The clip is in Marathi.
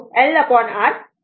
3 हेनरी आहे